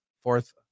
Fourth